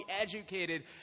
educated